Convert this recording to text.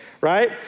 right